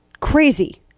Crazy